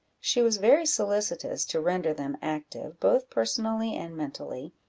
she was very solicitous to render them active, both personally and mentally,